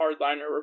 hardliner